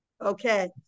Okay